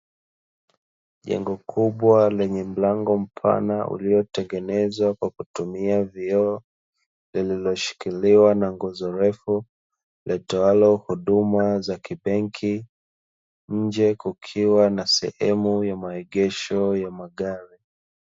Jengo kubwa lenye mlango mpana uliotengenezwa kwa kutumia vioo, lililoshikiliwa na nguzo refu litoalo huduma za kibenki, nje kukiwa nasehemu ya maegesho ya magari.